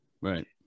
Right